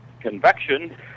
Convection